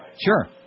Sure